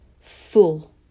Full